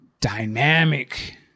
dynamic